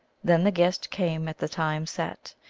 then the guest came at the time set,